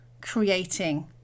creating